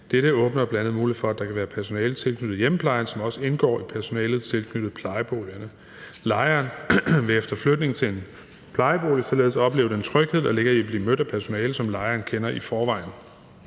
Dette åbner bl.a. for muligheden for, at der kan være personale tilknyttet hjemmeplejen, som også indgår i personalet tilknyttet lejeboligerne. Lejeren vil efter flytning til en plejebolig således opleve den tryghed, der ligger i at blive mødt af personale, som lejeren kender i forvejen.